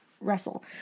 wrestle